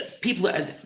People